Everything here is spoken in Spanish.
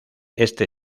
este